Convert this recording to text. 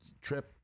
trip